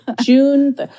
June